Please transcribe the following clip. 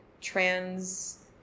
trans